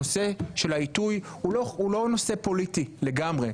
הנושא של העיתוי הוא לא נושא פוליטי לגמרי,